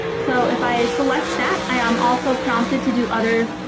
so if i select that i am also prompted to do other